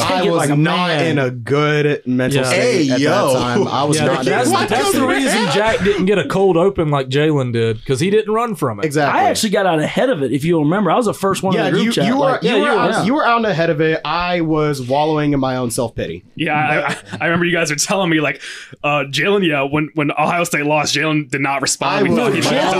I Take it was like a not man. in a good mental Yeah. state Hey, at that yo. time. I was Yeah, not that- in a that's- good mental that's the state. reason Jack didn't get a cold open like Jalen did, 'cause he didn't run from it. Exactly. I actually got out ahead of it, if you'll remember. I was the first one in the Yeah, group you- chat, you like- were- you yeah, you were were. out- Yeah. you were out ahead of it. I was wallowing in my own self-pity. Yeah, I- I- I remember you guys were telling me, like, uh, Jalen, yeah, when- when Ohio State lost, Jalen did not respond. I We was- thought he No, might Jalen-